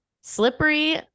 slippery